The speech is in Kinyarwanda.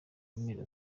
amezi